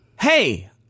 Hey